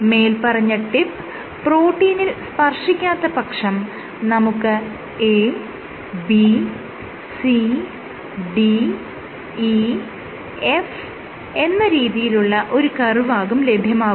മേല്പറഞ്ഞ ടിപ്പ് പ്രോട്ടീനിൽ സ്പർശിക്കാത്ത പക്ഷം നമുക്ക് A B C D E F എന്ന രീതിയിലുള്ള ഒരു കർവാകും ലഭ്യമാകുക